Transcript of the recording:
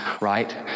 right